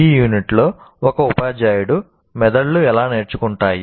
ఈ యూనిట్లో ఒక ఉపాధ్యాయుడు 'మెదళ్ళు ఎలా నేర్చుకుంటాయి